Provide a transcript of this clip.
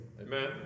Amen